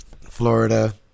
Florida